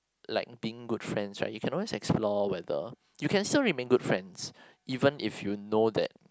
like being good friends right you can always explore whether you can still remain good friends even if you know that